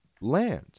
land